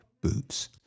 boots